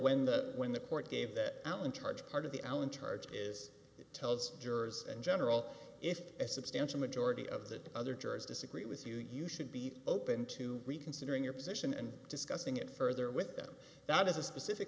when the when the court gave the allen charge part of the allen charge is it tells jurors in general if a substantial majority of the other jurors disagree with you you should be open to reconsidering your position and discussing it further with them that is a specific